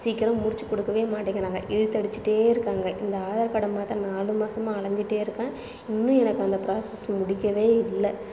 சீக்கிரம் முடிச்சு கொடுக்கவே மாட்டேங்கிறாங்க இழுத்தடிச்சுட்டே இருக்காங்க இந்த ஆதார் கார்டை மாற்ற நாலு மாதமா அலைஞ்சுட்டே இருக்கேன் இன்னும் எனக்கு அந்த ப்ராசஸ் முடிக்கவே இல்லை